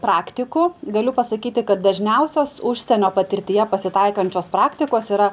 praktikų galiu pasakyti kad dažniausios užsienio patirtyje pasitaikančios praktikos yra